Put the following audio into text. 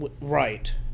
Right